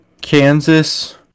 Kansas